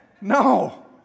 No